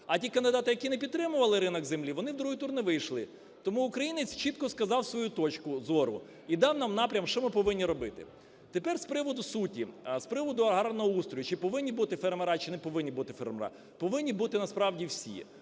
а ті кандидати, які не підтримували ринок землі, вони в другий тур не вийшли. Тому українець чітко сказав свою точку зору і дав нам напрям, що ми повинні робити. Тепер з приводу суті, з приводу аграрного устрою: чи повинні бути фермери, чи не повинні бути фермери. Повинні бути насправді всі,